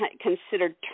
considered